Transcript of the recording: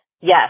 yes